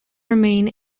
remain